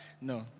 No